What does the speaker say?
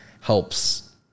helps